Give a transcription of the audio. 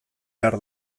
behar